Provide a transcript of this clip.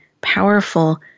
powerful